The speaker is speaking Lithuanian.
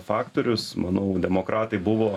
faktorius manau demokratai buvo